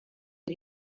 per